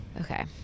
Okay